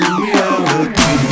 reality